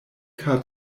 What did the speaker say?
kaj